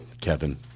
Kevin